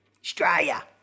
Australia